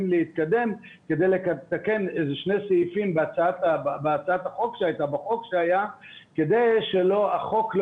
להתקדם כדי לתקן שני סעיפים בחוק שהיה כדי שהחוק לא